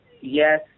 yes